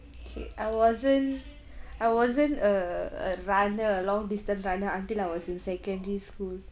okay I wasn't I wasn't uh a runner long distance runner until I was in secondary school